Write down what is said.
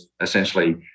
essentially